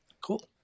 cool